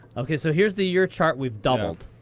ok. so here's the year chart we've doubled.